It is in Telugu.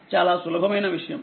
చాలా సులభమైనవిషయం